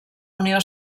unió